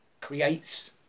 creates